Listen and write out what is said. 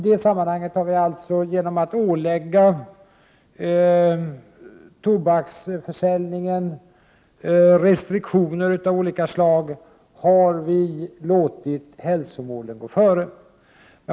Vi har alltså genom att ålägga tobaksförsäljningen restriktioner av olika slag låtit hälsomålen gå före.